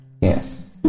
Yes